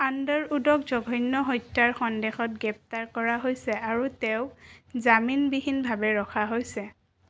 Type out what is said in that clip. আণ্ডাৰউডক জঘন্য হত্যাৰ সন্দেহত গ্ৰেপ্তাৰ কৰা হৈছে আৰু তেওঁক জামিনবিহীনভাৱে ৰখা হৈছে